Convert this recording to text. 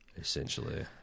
Essentially